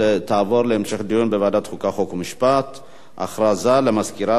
לוועדת החוקה, חוק ומשפט נתקבלה.